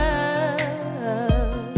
Love